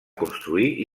construir